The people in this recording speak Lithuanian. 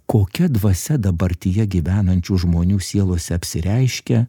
kokia dvasia dabartyje gyvenančių žmonių sielose apsireiškia